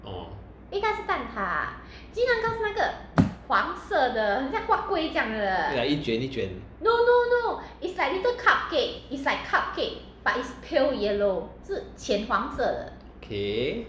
orh ya 一卷一卷 okay